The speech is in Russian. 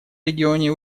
регионе